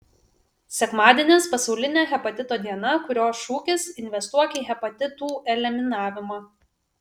sekmadienis pasaulinė hepatito diena kurios šūkis investuok į hepatitų eliminavimą